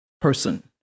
person